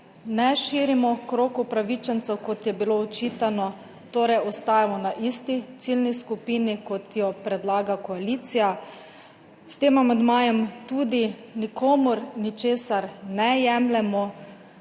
ne širimo krog upravičencev, kot je bilo očitano, torej ostajamo na isti ciljni skupini, kot jo predlaga koalicija. S tem amandmajem tudi nikomur ničesar ne jemljemo.